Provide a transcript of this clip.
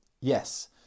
Yes